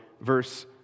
verse